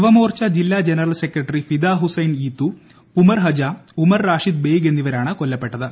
യുവമോർച്ച ജില്ലാ general secretary Fida Hussain Yatoo Umar Hajam Umar Rashid Beigh എന്നിവരാണ് കൊല്ലപ്പെട്ടത്